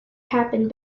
happened